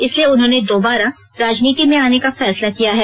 इसलिए उन्होंने दोबारा राजनीति में आने का फैसला किया है